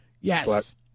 Yes